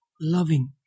loving